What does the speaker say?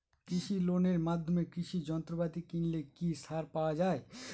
কৃষি লোনের মাধ্যমে কৃষি যন্ত্রপাতি কিনলে কি ছাড় পাওয়া যায়?